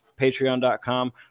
patreon.com